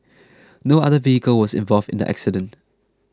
no other vehicle was involved in the accident